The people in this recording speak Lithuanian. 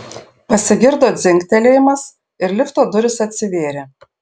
pasigirdo dzingtelėjimas ir lifto durys atsivėrė